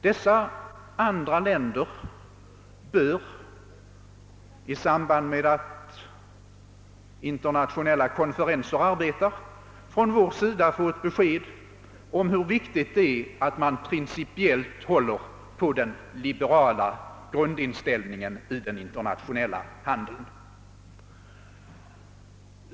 Dessa andra länder bör i samband med internationella konferenser av oss påminnas om hur viktigt det är att principiellt hålla på den liberala grundinställningen inom internationell handel.